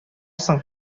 соң